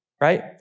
right